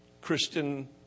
Christian